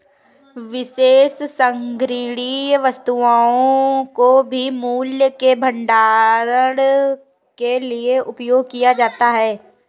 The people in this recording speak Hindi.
विशेष संग्रहणीय वस्तुओं को भी मूल्य के भंडारण के लिए उपयोग किया जाता है